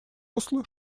осло